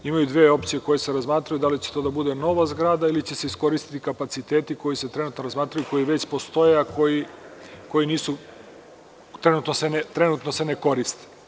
Postoje dve opcije koje se razmatraju - da li će to da bude nova zgrada ili će se iskoristiti kapaciteti koji se trenutno razmatraju, koji već postoje, a koji se trenutno ne koriste.